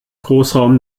großraum